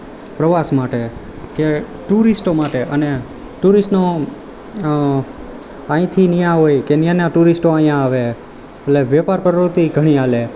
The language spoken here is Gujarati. પ્રવાસ માટે કે ટૂરિસ્ટો માટે અને ટુરિસ્ટનું આમ અહીંથી ત્યાં હોય કે ત્યાંના ટૂરિસ્ટો અહીંયા આવે એટલે વેપાર પ્રવૃત્તિ ઘણી ચાલે